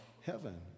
heaven